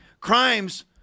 crimes